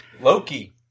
Loki